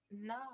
No